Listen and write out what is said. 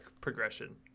progression